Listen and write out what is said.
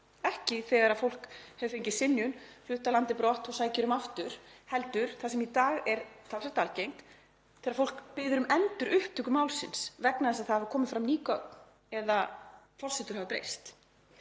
ekki þegar fólk hefur fengið synjun, flutt af landi brott og sækir um aftur, heldur það, sem í dag er talsvert algengt, þegar fólk biður um endurupptöku málsins vegna þess að það hafa komið fram ný gögn eða forsendur hafa breyst.